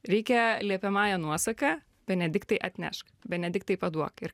reikia liepiamąja nuosaka benediktai atnešk benediktai paduok ir